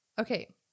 Okay